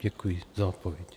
Děkuji za odpověď.